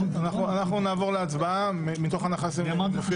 אנחנו נעבור להצבעה, מתוך הנחה שזה מופיע